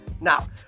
Now